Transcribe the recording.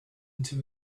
into